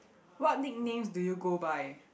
what nicknames do you go by